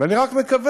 ואני רק מקווה,